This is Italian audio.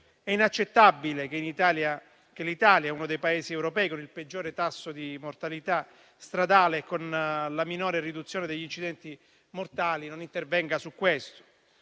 È inaccettabile che l'Italia, uno dei Paesi europei con il peggiore tasso di mortalità stradale e la minore riduzione degli incidenti mortali, non intervenga su questo.